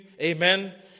amen